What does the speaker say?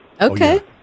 Okay